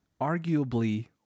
arguably